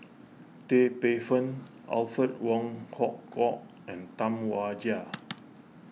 Tan Paey Fern Alfred Wong Hong Kwok and Tam Wai Jia